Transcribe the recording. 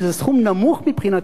שזה סכום נמוך מבחינתה,